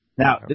Now